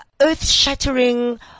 earth-shattering